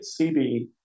CB